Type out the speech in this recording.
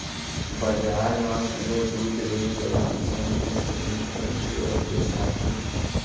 बजार म घलौ दूद ले कई किसम के जिनिस बनथे अउ बेचाथे